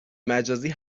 مجازی